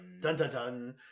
Dun-dun-dun